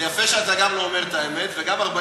זה יפה שאתה גם לא אומר את האמת וגם 40